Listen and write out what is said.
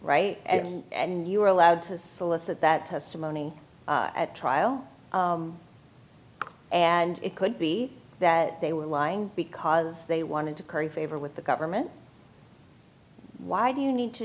right and you were allowed to solicit that testimony at trial and it could be that they were lying because they wanted to curry favor with the government why do you need to